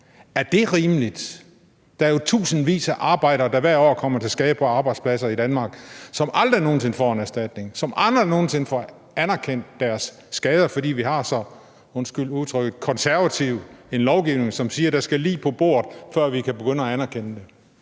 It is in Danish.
Er det rimeligt? Der er jo tusindvis af arbejdere, der hvert år kommer til skade på arbejdspladser i Danmark, som aldrig nogen sinde får en erstatning, og som aldrig nogen sinde får anerkendt deres skader, fordi vi har så – undskyld udtrykket – konservativ en lovgivning, som siger, at der skal lig på bordet, før vi kan begynde at anerkende det.